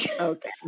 Okay